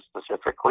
specifically